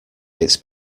it’s